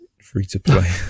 free-to-play